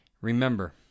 Remember